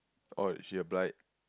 oh she applied